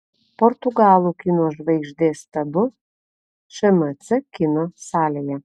portugalų kino žvaigždės tabu šmc kino salėje